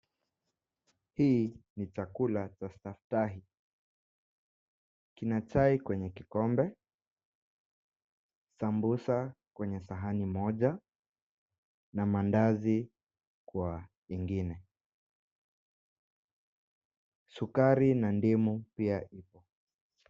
Hiki ni chakula cha staftahi. Kuna chai kwenye kikombe, sambusa kwenye sahani moja na maandazi kwa ingine. Sukari na ndimu pia vipo.